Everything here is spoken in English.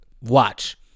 Watch